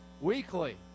weekly